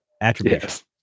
attributes